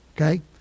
okay